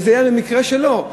וזה היה במקרה שלו.